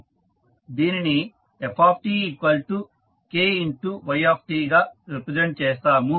దీనిని ftKytగా రిప్రజెంట్ చేస్తాము